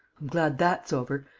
glad that's over,